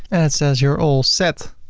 and it says you're all set!